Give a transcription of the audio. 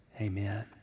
Amen